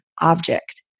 object